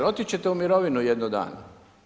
Otići ćete u mirovinu jednog dana.